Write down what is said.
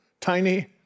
tiny